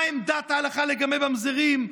מה עמדת ההלכה לגבי ממזרים,